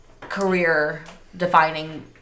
career-defining